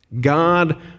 God